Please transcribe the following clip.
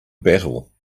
battle